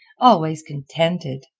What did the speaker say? always contented!